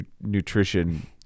nutrition